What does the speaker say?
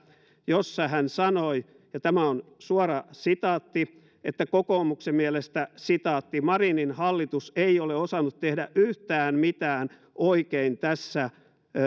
jossa hän sanoi ja tämä on suora sitaatti että kokoomuksen mielestä marinin hallitus ei ole osannut tehdä yhtään mitään oikein